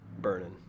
burning